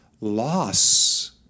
Loss